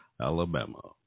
Alabama